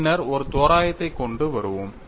பின்னர் ஒரு தோராயத்தைக் கொண்டு வருவோம்